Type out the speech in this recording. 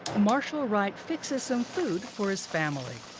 marshall wright fixes some food for his family.